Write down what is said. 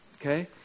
okay